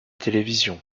télévision